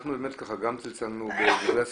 אנחנו צמצמנו בדברי הסיכום.